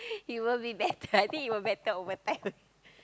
it will be better I think it will better over time